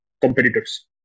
competitors